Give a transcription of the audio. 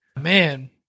Man